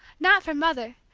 not for mother,